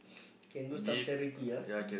can do some charity ah